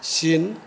China